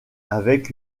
avec